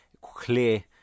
clear